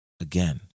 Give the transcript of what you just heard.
again